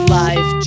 life